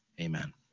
Amen